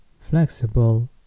flexible